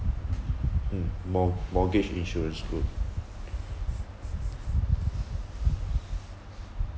mm mo~ mortgage insurance is good